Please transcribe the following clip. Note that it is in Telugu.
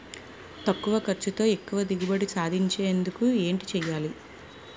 తక్కువ ఖర్చుతో ఎక్కువ దిగుబడి సాధించేందుకు ఏంటి చేయాలి?